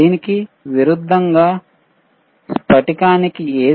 దీనికి విరుద్ధంగా స్పటికాని కి A